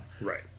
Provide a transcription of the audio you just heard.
Right